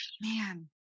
man